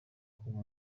kuba